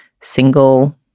single